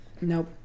Nope